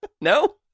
No